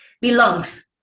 belongs